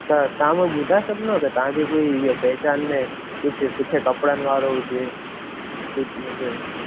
त तव्हां मूंखे ॿुधाए सघंदव कि तव्हांजे कोई हीअं पहचान में कुझु सुठे कपिड़नि वारो हुजे कुझु जेको